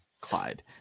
Clyde